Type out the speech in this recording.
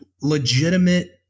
legitimate